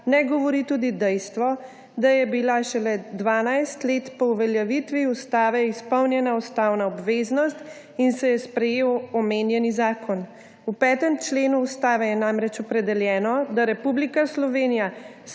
ne govori tudi dejstvo, da je bila šele 12 let po uveljavitvi ustave izpolnjena ustavna obveznost in se je sprejel omenjeni zakon. V 5. členu Ustave je namreč opredeljeno, da Republika Slovenija